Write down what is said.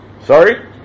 sorry